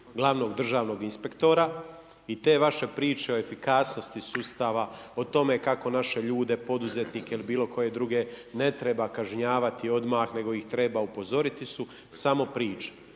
glavnog državnog inspektora i te vaše priče o efikasnosti sustava, o tome kako naše ljude poduzetnike ili bilo koje druge ne treba kažnjavati odmah, nego ih treba upozoriti su samo priče.